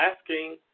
asking